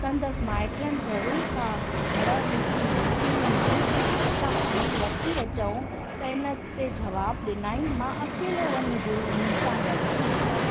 संदसि माइटनि ज़रूरु का हण मिस्री मोकिली हूंदी सां ख़ाली वठी अचूं त हिन ते जवाबु ॾिना ई मां अकेलो वञी गुरुनि सां गॾिजी ईंदमि